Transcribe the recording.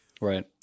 Right